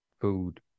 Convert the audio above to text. Food